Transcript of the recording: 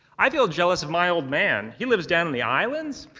i feel jealous of my old man. he lives down in the islands.